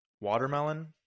Watermelon